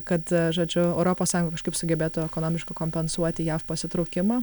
kad žodžiu europos sąjunga kažkaip sugebėtų ekonomiškai kompensuoti jav pasitraukimą